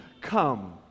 come